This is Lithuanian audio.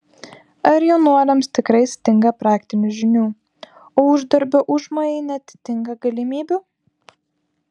ar jaunuoliams tikrai stinga praktinių žinių o uždarbio užmojai neatitinka galimybių